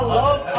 love